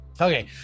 Okay